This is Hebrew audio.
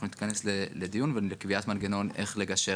אנחנו נתכנס לדיון ולקביעת מנגנון איך לגשר